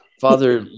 father